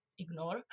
ignore